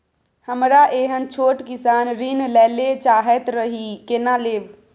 हमरा एहन छोट किसान ऋण लैले चाहैत रहि केना लेब?